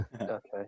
Okay